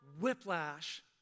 whiplash